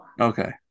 okay